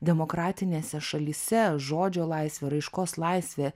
demokratinėse šalyse žodžio laisvė raiškos laisvė